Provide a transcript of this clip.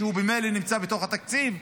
שממילא נמצא בתוך התקציב,